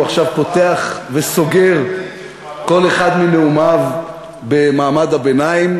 הוא עכשיו פותח וסוגר כל אחד מנאומיו במעמד הביניים,